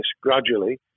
gradually